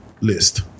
list